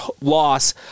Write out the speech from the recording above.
loss